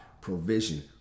provision